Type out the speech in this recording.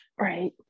Right